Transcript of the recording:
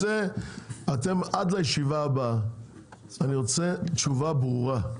עד לישיבה הבאה אני רוצה תשובה ברורה,